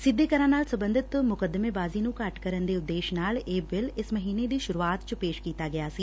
ਸਿੱਧੇ ਕਰਾ ਨਾਲ ਸਬੰਧਤ ਮੁਕੱਦਮੇਬਾਜ਼ੀ ਨੂੰ ਘੱਟ ਕਰਨ ਦੇ ਉਦੇਸ਼ ਨਾਲ ਇਹ ਬਿੱਲ ਇਸ ਮਹੀਨੇ ਦੀ ਸੁਰੁਆਤ ਚ ਪੇਸ਼ ਕੀਤਾ ਗਿਆ ਸੀ